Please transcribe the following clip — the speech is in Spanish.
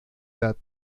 edad